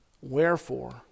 Wherefore